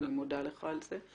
ואני מודה לך על זה,